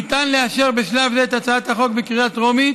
ניתן לאשר בשלב זה את הצעת החוק בקריאה טרומית